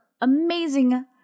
amazing